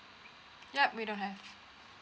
yup we don't have